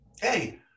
Hey